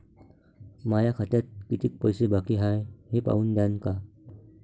माया खात्यात कितीक पैसे बाकी हाय हे पाहून द्यान का?